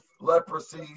leprosy